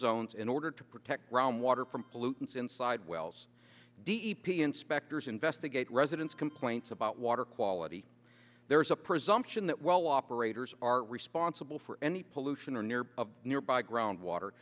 zones in order to protect groundwater from pollutants inside wells d e p t inspectors investigate residents complaints about water quality there is a presumption that well operators are responsible for any pollution or near of nearby groundwater